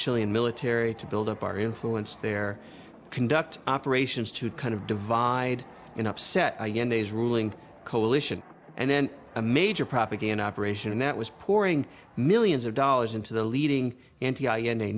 chilean military to build up our influence there conduct operations to kind of divide and upset again days ruling coalition and then a major propaganda operation and that was pouring millions of dollars into the leading